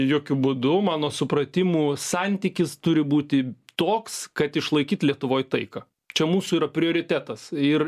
jokiu būdu mano supratimu santykis turi būti toks kad išlaikyt lietuvoj taiką čia mūsų yra prioritetas ir